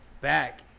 Back